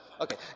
Okay